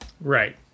Right